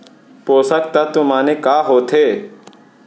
पोसक तत्व माने का होथे?